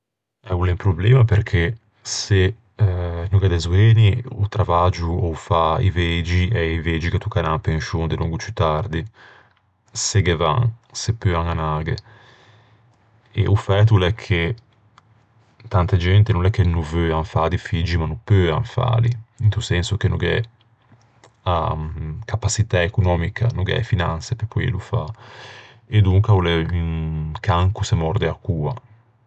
Eh, o l'é un problema perché se no gh'é de zoeni o travaggio ô fa i vegi, e a-i vegi ghe tocca anâ in penscion delongo ciù tardi, se ghe van, se peuan anâghe. E o fæto o l'é che tante gente no l'é che no veuan no fâ di figgi, ma no peuan fâli. Into senso che no gh'é a capaçitæ econòmica, no gh'é e finanse pe poeilo fâ. E donca o l'é un can ch'o se mòrde a coa.